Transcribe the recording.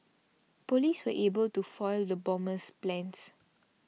police were able to foil the bomber's plans